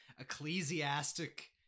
ecclesiastic